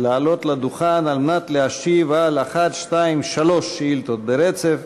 לעלות לדוכן על מנת לענות על שלוש שאילתות ברצף.